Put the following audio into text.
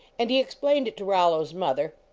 and he explained it to rollo s mother,